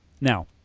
Now